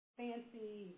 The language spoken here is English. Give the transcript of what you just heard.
fancy